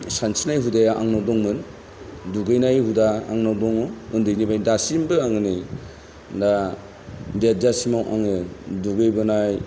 सानस्रिनाय हुदाया आंनाव दंमोन दुगैनाय हुदा आंनाव दङ उन्दैनिफ्राय दासिमबो आङो नै दा देरजासिमाव आङो दुगैबोनाय